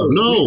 no